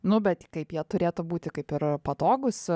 nu bet kaip jie turėtų būti kaip ir patogūs